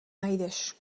najdeš